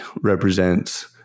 represents